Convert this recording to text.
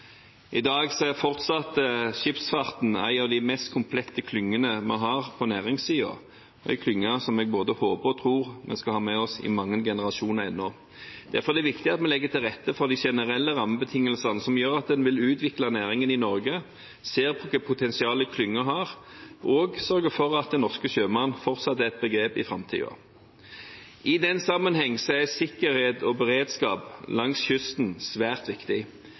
I dag er skipsfarten fortsatt en av de mest komplette klyngene vi har på næringssiden, en klynge som jeg både håper og tror vi skal ha med oss i mange generasjoner. Derfor er det viktig at vi legger til rette for de generelle rammebetingelsene som gjør at man utvikler næringen i Norge, ser potensialet som klyngen har, og sørger for at «den norske sjømann» forblir er et begrep i framtiden. I den sammenheng er sikkerhet og beredskap langs kysten svært viktig,